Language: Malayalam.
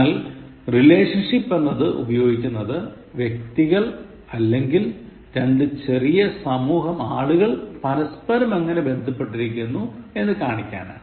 എന്നാൽ relationship എന്നത് ഉപയോഗിക്കുന്നത് വ്യക്തികൾ അല്ലെങ്കിൽ ഒരു ചെറിയ സമൂഹം ആളുകൾ പരസ്പരം എങ്ങനെ ബന്ധപ്പെട്ടിരിക്കുന്നു എന്ന് കാണിക്കാനാണ്